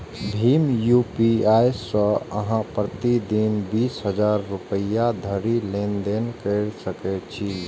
भीम UPI सं अहां प्रति दिन बीस हजार रुपैया धरि लेनदेन कैर सकै छी